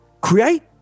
Create